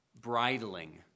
bridling